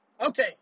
Okay